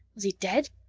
was he dead?